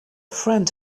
friend